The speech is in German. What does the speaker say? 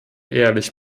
ehrlich